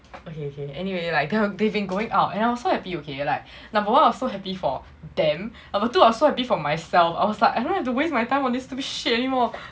okay okay anyway like they've been going out and I'm so happy okay like number one I was so happy for them number two I was so happy for myself I was like I don't have to waste my time on this stupid shit anymore